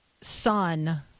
son